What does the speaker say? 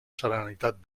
serenitat